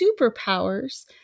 superpowers